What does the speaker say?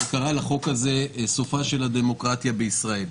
שקרא לחוק הזה "סופה של הדמוקרטיה בישראל".